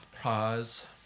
Pause